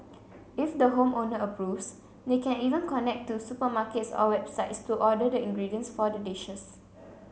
if the home owner approves they can even connect to supermarkets or websites to order the ingredients for the dishes